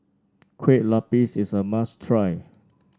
Kueh Lupis is a must try